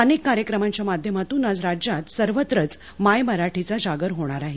अनेक कार्यक्रमांच्या माध्यमातून आज राज्यात सर्वत्रच माय मराठीचा जागर होणार आहे